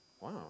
Wow